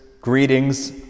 greetings